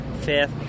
fifth